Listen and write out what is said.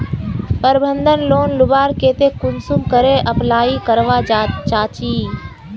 प्रबंधन लोन लुबार केते कुंसम करे अप्लाई करवा चाँ चची?